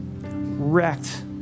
wrecked